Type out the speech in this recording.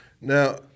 Now